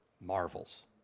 marvels